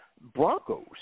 Broncos